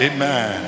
Amen